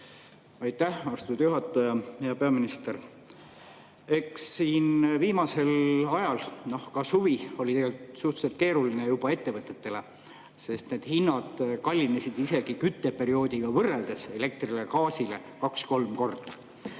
Aitäh, austatud juhataja! Hea peaminister! Eks siin viimane aeg, ka suvi oli tegelikult juba suhteliselt keeruline ettevõtetele, sest hinnad kallinesid isegi kütteperioodiga võrreldes elektril ja gaasil kaks-kolm korda.